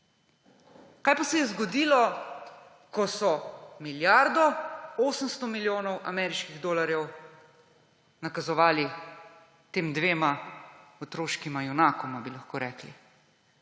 Kaj pa se je zgodilo, ko so milijardo 800 milijonov ameriških dolarjev nakazovali tem dvema otroškima junakoma, bi lahko rekli?